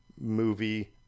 movie